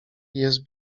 jest